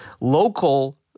local